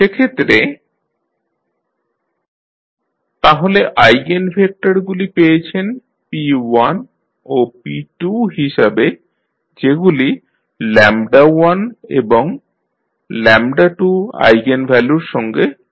সেক্ষেত্রে p11 0 p21 2 তাহলে আইগেনভেক্টরগুলি পেয়েছেন p1 ও p2 হিসাবে যেগুলি 1 এবং 2 আইগেনভ্যালুর সঙ্গে সম্পর্কিত